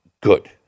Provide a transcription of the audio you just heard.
good